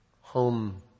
home